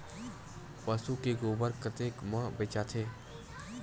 पशु के गोबर कतेक म बेचाथे?